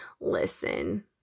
listen